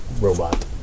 robot